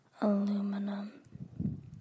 aluminum